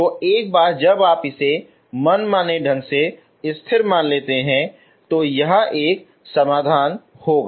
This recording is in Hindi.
तो एक बार जब आप इसे मनमाने ढंग से स्थिर मान लेते हैं तो यह एक समाधान होगा